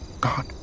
God